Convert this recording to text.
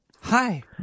Hi